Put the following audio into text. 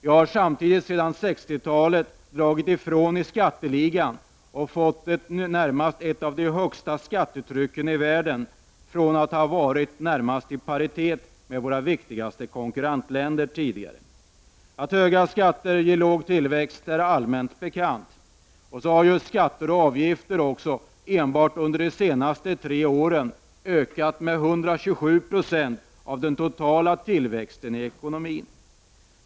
Vi har sedan 60-talet dragit ifrån i skatteligan och har i dag det högsta skattetrycket i världen från att tidigare ha varit närmast i paritet med våra viktigaste konkurrentländer. Att höga skatter ger låg tillväxt är allmänt bekant. Skatter och avgifter har enbart under de senaste tre åren ökat med 127 96 av den totala tillväxten i ekonomin.